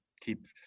keep